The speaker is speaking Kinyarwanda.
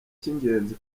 cy’ingenzi